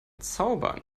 zaubern